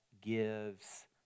gives